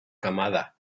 camada